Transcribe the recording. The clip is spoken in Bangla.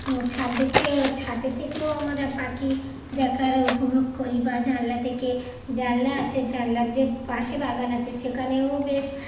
ছাদ দেখে ছাদে থেকেও আমরা পাখি দেখাটা উপভোগ করি বা জানলা থেকে জানলা আছে জানলার যে পাশে বাগান আছে সেখানেও বেশ